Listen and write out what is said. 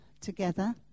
together